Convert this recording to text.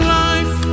life